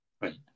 Right